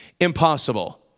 impossible